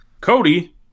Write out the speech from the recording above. Cody